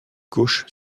gauche